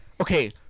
Okay